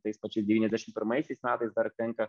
tais pačiais devyniasdešim pirmaisiais metais dar tenka